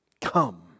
Come